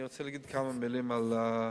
אני רק רוצה לציין ולהגיד כמה מלים על ההסכם.